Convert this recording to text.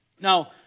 Now